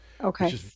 Okay